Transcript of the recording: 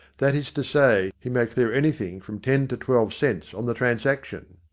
that is to say, he may clear anything from ten to twelve cents on the transaction.